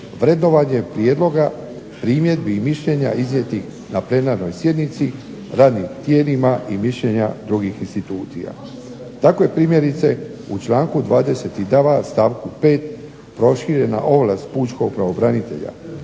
vrednovanje prijedloga, primjedbi i mišljenja iznijetih na plenarnoj sjednici radnim tijelima i mišljenja drugih institucija. Tako je primjerice u članku …/Ne razumije se./… stavku 5. proširena ovlast pučkog pravobranitelja,